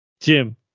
Jim